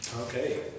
Okay